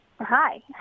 Hi